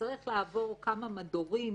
צריך לעבור כמה מדורים